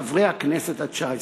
חברי הכנסת התשע-עשרה.